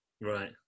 Right